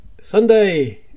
Sunday